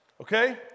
Okay